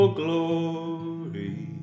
glory